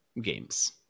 games